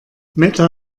meta